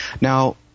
Now